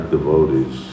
devotees